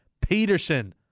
Peterson